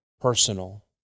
personal